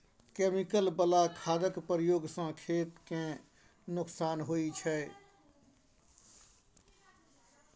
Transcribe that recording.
chemical बला खादक प्रयोग सँ खेत केँ नोकसान होइ छै